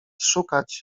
szukać